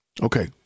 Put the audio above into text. Okay